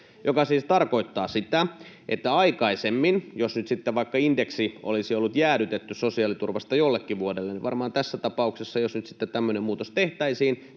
mikä siis tarkoittaa sitä, että jos nyt sitten aikaisemmin vaikka indeksi olisi ollut jäädytetty sosiaaliturvasta jollekin vuodelle, niin varmaan tässä tapauksessa, jos nyt sitten tämmöinen muutos tehtäisiin,